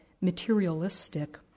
materialistic